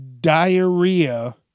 diarrhea